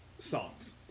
songs